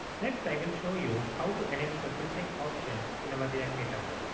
next i will show you how to enable the filtering option in our react data grid.